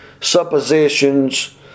suppositions